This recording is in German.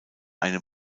einem